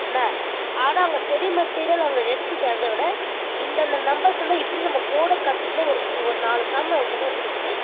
மே ஆனால் அவங்க study material அவங்களுக்கு எடுத்து தரதை விட இந்தெந்த நம்பர்ஸ் வந்தால் இப்படி நம்ம போட கற்றுக்கினு ஒரு ஒரு நாலு சம்மைக்கூட கொடுத்துட்டு